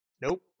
Nope